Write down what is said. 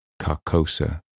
Carcosa